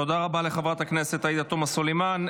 תודה רבה לחברת הכנסת עאידה תומא סלימאן.